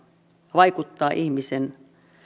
vaikuttaa ihmisen